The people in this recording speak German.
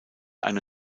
eine